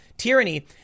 Tyranny